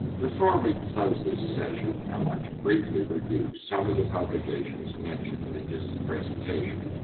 before we close this session, i want to briefly review some of the publications mentioned in this presentation,